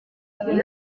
iri